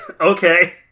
Okay